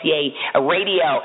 Radio